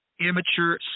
Amateur